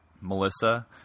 Melissa